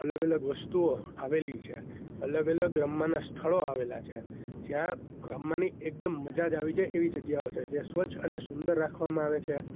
અલગ અલગ વસ્તુઓ આવેલી છે અલગ અલગ રમવાના સ્થળો આવેલા છે જ્યાં રમવાની એકદમ મજા જ આવી જાય એવી જગ્યાઓ છે જે સ્વચ્છ અને સુંદર રાખવામાં આવે છે